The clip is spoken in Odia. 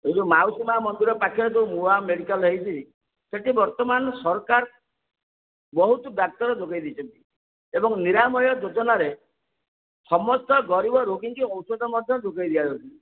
ଏ ଯେଉଁ ମାଉସୀ ମା' ମନ୍ଦିର ପାଖରେ ଯେଉଁ ନୂଆ ମେଡ଼ିକାଲ୍ ହେଇଛି ସେଠି ବର୍ତ୍ତମାନ ସରକାର ବହୁତ ଡାକ୍ତର ଯୋଗେଇ ଦେଇଛନ୍ତି ଏବଂ ନିରାମୟ ଯୋଜନାରେ ସମସ୍ତ ଗରିବ ରୋଗୀଙ୍କୁ ଔଷଧ ମଧ୍ୟ ଯୋଗେଇ ଦିଆଯାଉଛି